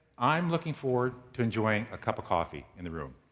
i'm looking forward to enjoying a cup of coffee in the room.